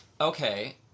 Okay